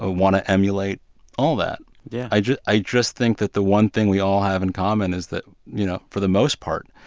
ah want to emulate all that. yeah i just i just think that the one thing we all have in common is that, you know, for the most part,